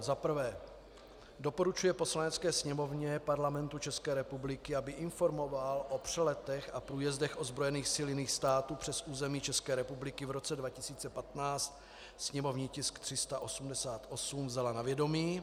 1. doporučuje Poslanecké sněmovně Parlamentu České republiky, aby Informaci o přeletech a průjezdech ozbrojených sil jiných států přes území České republiky v roce 2015, sněmovní tisk 388, vzala na vědomí.